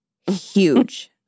huge